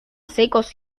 secos